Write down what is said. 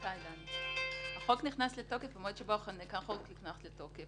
דני, החוק נכנס לתוקף במועד שבו החוק נכנס לתוקף.